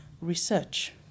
research